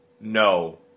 No